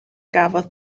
gafodd